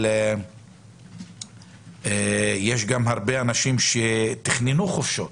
אבל יש גם הרבה אנשים שתכננו חופשות